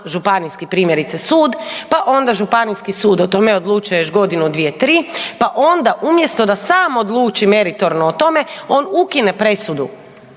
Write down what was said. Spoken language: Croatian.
županijski primjerice sud pa onda županijski sud o tome još godinu, dvije, tri, pa onda umjesto da sam odluči meritorno o tome on ukine presudu